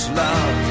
love